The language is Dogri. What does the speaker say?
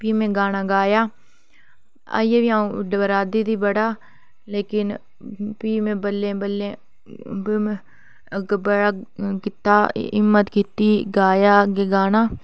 फिह् में गाना गाया आइये बी अऊं डरा दी ही बड़ा लेकिन फ्ही में बल्लें बल्लें फ्ही में बड़ा कीता हिम्मत कीती गाया अग्गै गाना